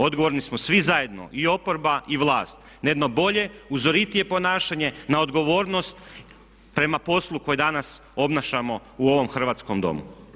Odgovorni smo svi zajedno i oporba i vlast na jedno bolje, uzoritije ponašanje, na odgovornost prema poslu koji danas obnašamo u ovom hrvatskom Domu.